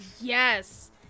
Yes